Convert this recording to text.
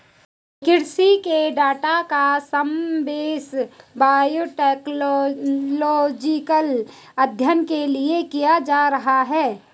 कृषि के डाटा का समावेश बायोटेक्नोलॉजिकल अध्ययन के लिए किया जा रहा है